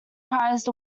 prized